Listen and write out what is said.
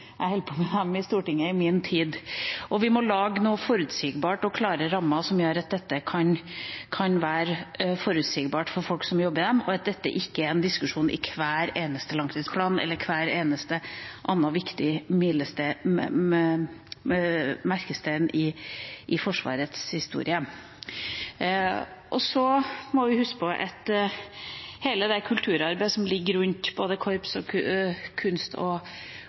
jeg holder på med dette i min tid i Stortinget. Vi må lage noen forutsigbare og klare rammer, som gjør at det kan være forutsigbart for folk som jobber i dem, og at dette ikke er en diskusjon i hver eneste langtidsplan eller ved hver eneste viktige merkestein i Forsvarets historie. Så må vi huske at hele det kulturarbeidet som ligger bak både korps, kunst og